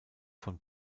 von